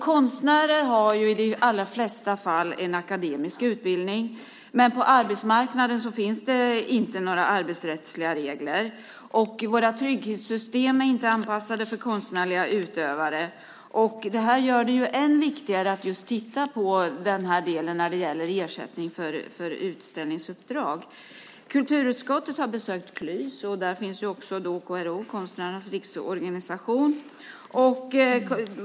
Konstnärer har i de allra flesta fall akademisk utbildning, men på arbetsmarknaden finns det inte några arbetsrättsliga regler för det. Våra trygghetssystem är inte anpassade för konstnärliga utövare, vilket gör det än viktigare att titta på just den del som gäller ersättning för utställningsuppdrag. Kulturutskottet har besökt Klys, och där ingår också Konstnärernas Riksorganisation, KRO.